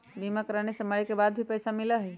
बीमा कराने से मरे के बाद भी पईसा मिलहई?